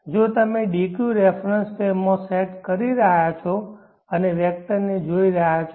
જો તમે dq reference frame માં સેટ કરી રહ્યાં છો અને વેક્ટરને જોઈ રહ્યા છો